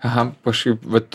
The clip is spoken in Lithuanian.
aha kažkaip vat